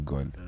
God